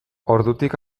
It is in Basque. ordutik